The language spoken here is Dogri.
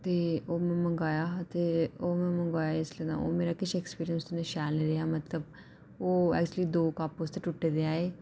ते ओह् में मंगाया हा ते ओह् में मंगाया जिसलै ता ओह् मेरा किश ऐक्सपिरियंस शैल निं रेहा मतलब ओह् ऐक्चुअली दो कप्प उसदे टुट्टे दे आए